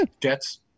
Jets